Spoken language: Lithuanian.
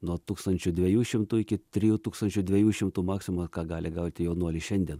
nuo tūkstančio dviejų šimtų iki trijų tūkstančių dviejų šimtų maksimumas ką gali gauti jaunuolis šiandien